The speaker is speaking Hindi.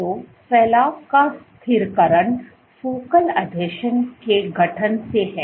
तो फलाव का स्थिरीकरण फोकल आसंजनों के गठन से है